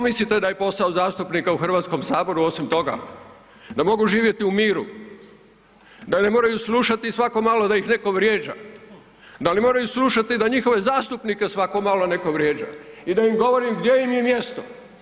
Što mislite da je posao zastupnika u HS osim toga, da mogu živjeti u miru, da ne moraju slušati svako malo da ih netko vrijeđa, da ne moraju slušati da njihove zastupnike svako malo neko vrijeđa i da im govori gdje im je mjesto.